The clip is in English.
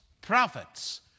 prophets